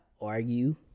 argue